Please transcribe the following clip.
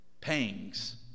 pangs